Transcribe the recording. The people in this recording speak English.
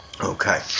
Okay